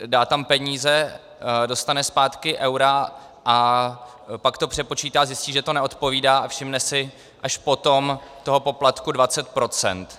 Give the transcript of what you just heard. Dá tam peníze, dostane zpátky eura a pak to přepočítá, zjistí, že to neodpovídá, a všimne si až potom toho poplatku 20 %.